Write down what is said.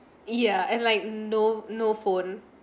ya and like no no phone